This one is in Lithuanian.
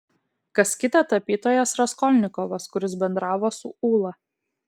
kas kita tapytojas raskolnikovas kuris bendravo su ūla